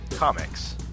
Comics